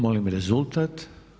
Molim rezultat.